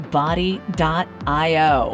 body.io